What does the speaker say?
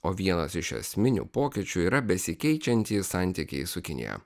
o vienas iš esminių pokyčių yra besikeičiantys santykiai su kinija